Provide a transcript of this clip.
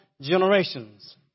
generations